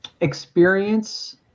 experience